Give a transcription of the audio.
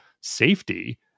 safety